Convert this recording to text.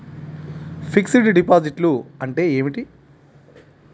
Fixed డిపాజిట్లు అంటే ఏమిటి?